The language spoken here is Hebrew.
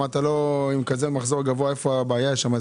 עם כזה מחזור גבוה איפה הבעיה שם?